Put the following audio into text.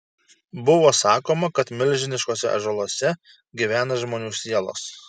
buvo sakoma kad milžiniškuose ąžuoluose gyvena žmonių sielos